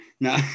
No